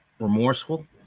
remorseful